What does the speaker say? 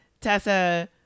Tessa